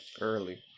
Early